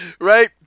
right